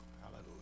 hallelujah